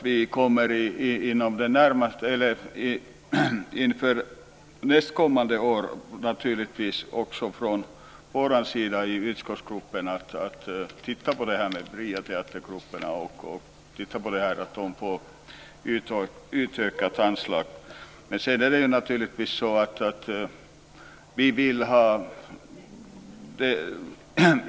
Vi kommer att inför nästkommande år från vår sida i utskottsgruppen att titta på frågan om utökat anslag för de fria teatergrupperna.